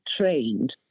trained